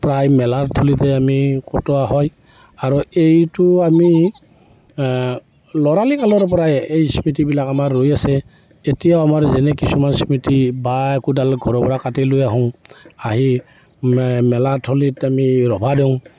প্ৰায় মেলাৰ থলীতে আমি কটোৱা হয় আৰু এইটো আমি ল'ৰালি কালৰ পৰাই এই স্মৃতিবিলাক আমাৰ ৰৈ আছে এতিয়াও আমাৰ যেনে কিছুমান স্মৃতি বা একোডাল ঘৰগড়া কাটি লৈ আহোঁ আহি মে মেলাথলীত আমি ৰভা দিওঁ